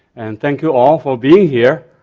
and thank you all for being here